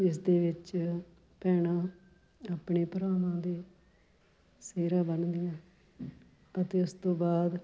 ਇਸਦੇ ਵਿੱਚ ਭੈਣਾਂ ਆਪਣੇ ਭਰਾਵਾਂ ਦੇ ਸਿਹਰਾ ਬੰਨ੍ਹਦੀਆਂ ਅਤੇ ਉਸ ਤੋਂ ਬਾਅਦ